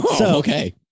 Okay